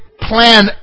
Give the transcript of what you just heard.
plan